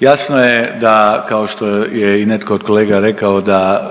Jasno je da kao što je i netko od kolega rekao da